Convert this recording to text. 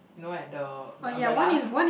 no eh the the umbrella